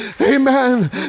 Amen